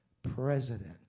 president